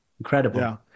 Incredible